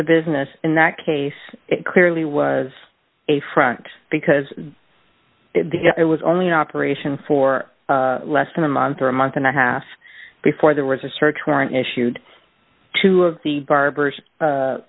the business in that case it clearly was a front because it was only in operation for less than a month or a month and a half before there was a search warrant issued two of the